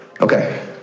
Okay